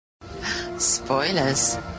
Spoilers